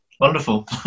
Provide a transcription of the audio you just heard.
Wonderful